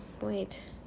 Wait